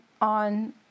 on